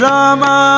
Rama